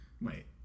Wait